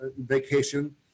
vacation